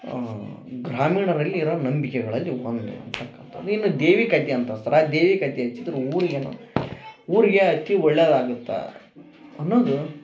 ಆ ಗ್ರಾಮೀಣರಲ್ಲಿರ ನಂಬಿಕೆಗಳಲ್ಲಿ ಒಂದು ಅಂತಕ್ಕಂಥದ್ದು ಇನ್ನು ದೇವಿ ಕಡ್ಡಿ ಅಂತ ಅಂತಾರ ಆ ದೇವಿ ಕಡ್ಡಿ ಹಚ್ಚಿದರ ಊರಿಗೇನು ಊರಿಗೆ ಆಕಿ ಒಳ್ಳೆಯದಾಗತ್ತ ಅನ್ನೊದು